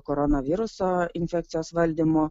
koronaviruso infekcijos valdymu